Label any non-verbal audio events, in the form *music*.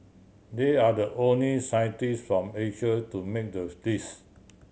they are the only scientist from Asia to make the *unintelligible* list